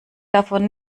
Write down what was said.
davon